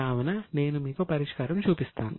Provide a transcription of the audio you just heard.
కావున నేను మీకు పరిష్కారం చూపిస్తాను